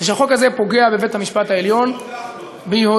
היא שהחוק הזה פוגע בבית-המשפט העליון בהיותו,